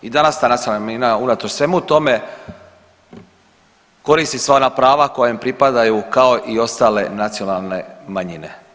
I danas ta nacionalna manjina unatoč svemu tome koristi sva ona prava koja im pripadaju kao i ostale nacionalne manjine.